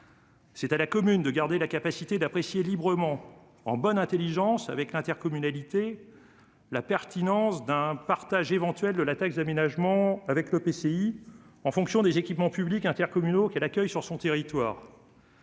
C'est à la commune de garder la capacité d'apprécier librement, en bonne intelligence avec l'intercommunalité, la pertinence d'un partage éventuel de la taxe d'aménagement avec l'EPCI, en fonction des équipements publics intercommunaux qu'elle accueille sur son territoire.